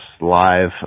live